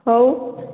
ହଉ